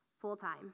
full-time